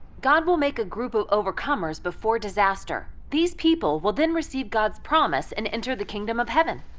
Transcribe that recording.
god will make a group of overcomers before disaster. these people will then receive god's promise and enter the kingdom of heaven.